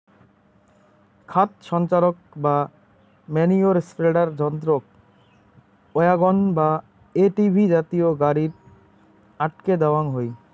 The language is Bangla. খাদ সঞ্চারক বা ম্যনিওর স্প্রেডার যন্ত্রক ওয়াগন বা এ.টি.ভি জাতীয় গাড়িত আটকে দ্যাওয়াং হই